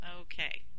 Okay